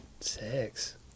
Six